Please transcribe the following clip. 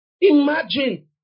Imagine